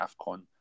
AFCON